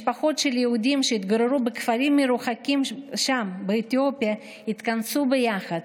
משפחות של יהודים שהתגוררו בכפרים מרוחקים שם באתיופיה התכנסו ביחד,